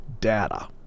data